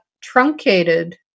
truncated